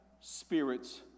spirits